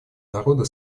народа